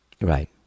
Right